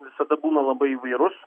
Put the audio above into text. visada būna labai įvairus